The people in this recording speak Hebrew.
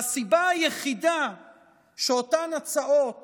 והסיבה היחידה שאותן הצעות